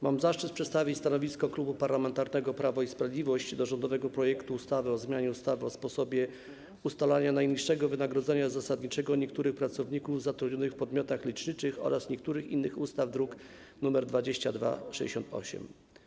Mam zaszczyt przedstawić stanowisko Klubu Parlamentarnego Prawo i Sprawiedliwość wobec rządowego projektu ustawy o zmianie ustawy o sposobie ustalania najniższego wynagrodzenia zasadniczego niektórych pracowników zatrudnionych w podmiotach leczniczych oraz niektórych innych ustaw, druk nr 2268.